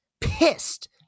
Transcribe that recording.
pissed